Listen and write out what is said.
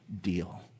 deal